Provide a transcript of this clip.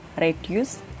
Reduce